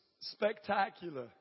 spectacular